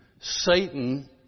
Satan